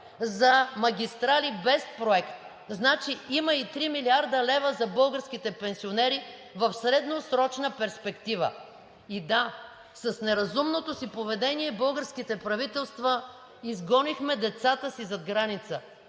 за магистрали без проект, значи има и 3 млрд. лв. за българските пенсионери в средносрочна перспектива. Да, с неразумното си поведение българските правителства изгонихме децата си зад граница,